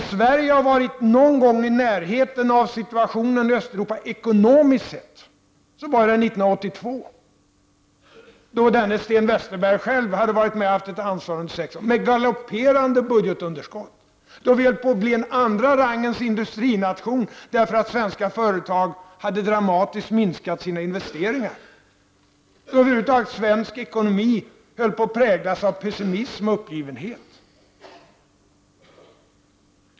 Om Sverige någon gång har varit i närheten av situationen i Östeuropa, ekonomiskt sett, var det år 1982 då denne Sten Westerberg själv under sex år var med och bar ett ansvar. Det fanns ett galopperande budgetunderskott och vi höll på att bli en andra rangens industrination, eftersom svenska industriföretag dramatiskt hade minskat sina investeringar. Svensk ekonomi över huvud taget präglades av pessimism och uppgivenhet.